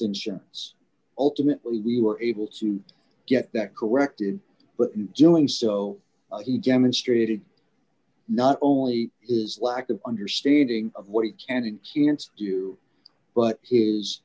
insurance ultimately we were able to get that corrected but in doing so he demonstrated not only is lack of understanding of what he can and can't do but